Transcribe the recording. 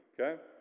Okay